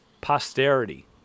posterity